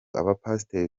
abapasiteri